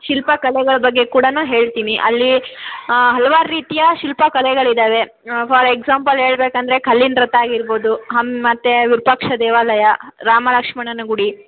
ಶಿಲ್ಪಕಲೆಗಳ ಬಗ್ಗೆ ಕೂಡಾ ಹೇಳ್ತೀನಿ ಅಲ್ಲಿ ಹಲ್ವಾರು ರೀತಿಯ ಶಿಲ್ಪಕಲೆಗಳು ಇದ್ದಾವೆ ಫಾರ್ ಎಗ್ಸಾಂಪಲ್ ಹೇಳ್ಬೇಕಂದ್ರೆ ಕಲ್ಲಿನ ರಥ ಆಗಿರ್ಬೋದು ಹಮ್ ಮತ್ತು ವಿರೂಪಾಕ್ಷ ದೇವಾಲಯ ರಾಮ ಲಕ್ಷ್ಮಣರ ಗುಡಿ